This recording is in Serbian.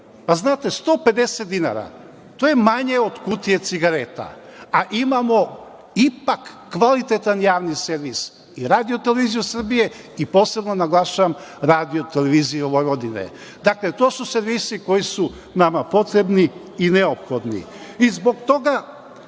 Pa, znate, 150 dinara, to je manje od kutije cigareta, a imamo ipak kvalitetan Javni servis i Radio televiziju Srbije, i posebno naglašavam Radio televiziju Vojvodine. Dakle, to su servisi koji su nama potrebni i neophodni. Zbog toga